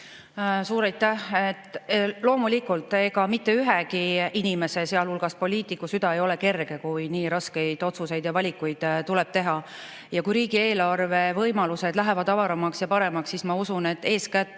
Suur aitäh! Loomulikult, ega mitte ühegi inimese, sealhulgas poliitiku süda ei ole kerge, kui nii raskeid otsuseid ja valikuid tuleb teha. Ja kui riigieelarve võimalused lähevad avaramaks ja paremaks, siis ma usun, et eeskätt